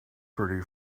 pretty